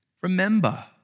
Remember